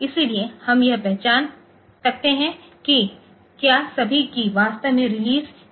इसलिए हम यह पहचान सकते हैं कि क्या सभी कीय वास्तव में रिलीज़ की गई हैं